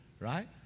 right